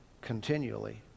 continually